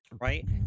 right